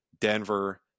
Denver